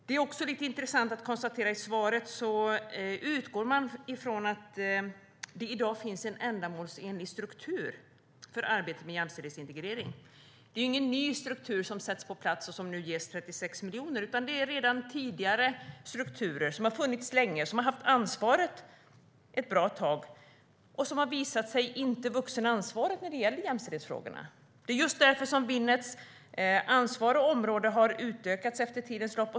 Det är också intressant att konstatera att ministern i svaret utgår ifrån att det finns en ändamålsenlig struktur för arbetet med jämställdhetsintegrering. Det är ju ingen ny struktur som sätts på plats och ges 36 miljoner, utan det är redan existerande strukturer. De har funnits länge och haft ansvaret ett bra tag - och visat sig inte vara vuxna ansvaret när det gäller jämställdhetsfrågorna. Det är just därför Winnets ansvar och område har utökats under tidens lopp.